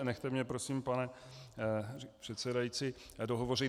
Nechte mě prosím, pane předsedající dohovořit.